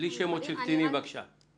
בלי שמות של קטינים, בבקשה.